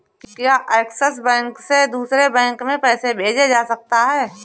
क्या Axis bank से दूसरे बैंक में पैसे भेजे जा सकता हैं?